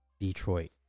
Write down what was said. detroit